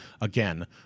again